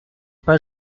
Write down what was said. pas